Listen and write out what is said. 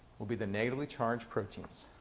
will be the negatively charged proteins.